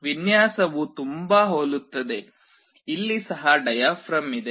ವಿನ್ಯಾಸವು ತುಂಬಾ ಹೋಲುತ್ತದೆ ಇಲ್ಲಿ ಸಹ ಡಯಾಫ್ರಾಮ್ ಇದೆ